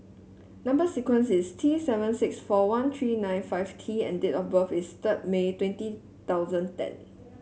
number sequence is T seven six four one three nine five T and date of birth is third May twenty thousand ten